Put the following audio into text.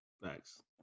Thanks